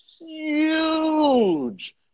huge